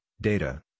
Data